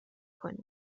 کنین